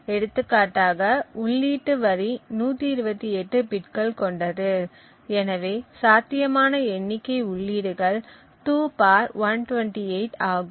எடுத்துக்காட்டாக உள்ளீட்டு வரி 128 பிட்கள் கொண்டது எனவே சாத்தியமான எண்ணிக்கை உள்ளீடுகள் 2 128 ஆகும்